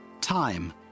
Time